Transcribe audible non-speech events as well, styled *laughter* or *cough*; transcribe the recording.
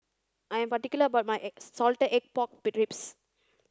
I am particular about my *unintelligible* salted egg pork ribs